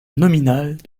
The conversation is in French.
nominale